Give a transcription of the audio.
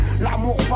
l'amour